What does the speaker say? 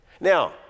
Now